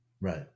Right